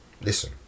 Listen